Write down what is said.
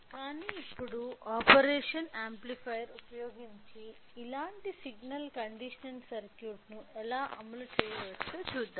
కాబట్టి ఇప్పుడు operation amplifier ఉపయోగించి ఇలాంటి సిగ్నల్ కండిషనింగ్ సర్క్యూట్ను ఎలా అమలు చేయవచ్చో చూద్దాం